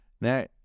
Now